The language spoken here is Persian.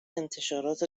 انتشارات